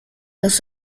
los